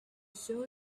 saw